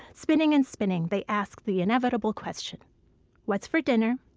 spinning and spinning, they ask the inevitable question what's for dinner?